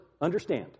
understand